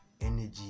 energy